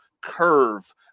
curve